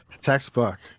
Textbook